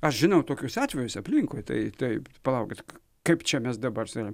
aš žinau tokius atvejus aplinkui tai taip palaukit kaip čia mes dabar sutarėm